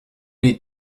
les